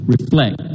reflect